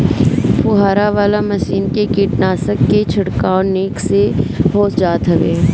फुहारा वाला मशीन से कीटनाशक के छिड़काव निक से हो जात हवे